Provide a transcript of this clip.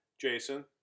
Jason